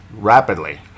rapidly